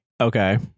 Okay